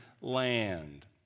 land